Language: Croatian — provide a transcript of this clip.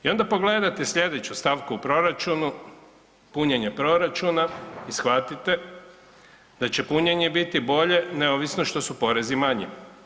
I onda pogledate slijedeću stavku u proračunu, punjenje proračuna i shvatite da će punjenje biti bolje neovisno što su porezi manji.